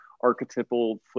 archetypal